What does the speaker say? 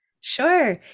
Sure